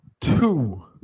two